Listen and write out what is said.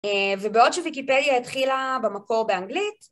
ובעוד שוויקיפדיה התחילה במקור באנגלית